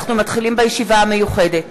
אנחנו מתחילים בישיבה המיוחדת.